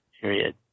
Period